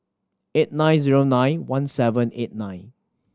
eight nine zero nine one seven eight nine